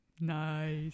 Nice